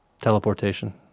Teleportation